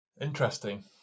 Interesting